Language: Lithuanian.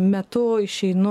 metu išeinu